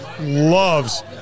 loves